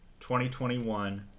2021